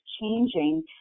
changing